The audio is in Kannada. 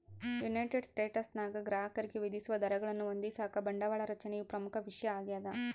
ಯುನೈಟೆಡ್ ಸ್ಟೇಟ್ಸ್ನಾಗ ಗ್ರಾಹಕರಿಗೆ ವಿಧಿಸುವ ದರಗಳನ್ನು ಹೊಂದಿಸಾಕ ಬಂಡವಾಳ ರಚನೆಯು ಪ್ರಮುಖ ವಿಷಯ ಆಗ್ಯದ